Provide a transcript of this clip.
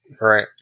right